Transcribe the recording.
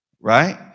Right